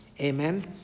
Amen